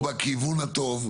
הוא בכיוון הטוב.